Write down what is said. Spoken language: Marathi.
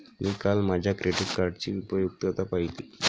मी काल माझ्या क्रेडिट कार्डची उपयुक्तता पाहिली